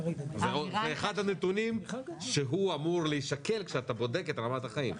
זה אחד הנתונים שאמור להישקל כשאתה בודק את רמת החיים.